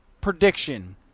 prediction